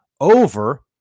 over